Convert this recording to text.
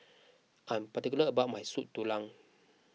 I'm particular about my Soup Tulang